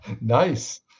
nice